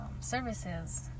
services